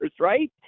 Right